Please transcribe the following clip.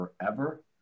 forever